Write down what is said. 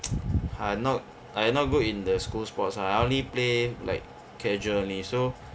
I'm not I not good in the school sports lah I only play like casual only so